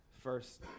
first